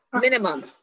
minimum